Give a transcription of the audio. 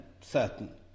certain